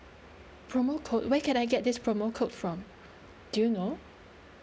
promo code where can I get this promo code from do you know